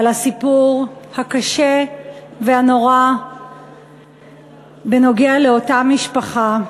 על הסיפור הקשה והנורא בעניין אותה משפחה.